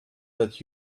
that